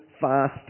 fast